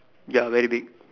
ya very big